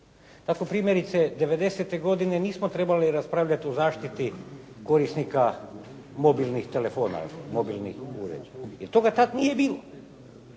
Tako primjerice '90.-te godine nismo trebali raspravljati o zaštiti korisnika mobilnih uređaja. Jer toga tada nije bilo.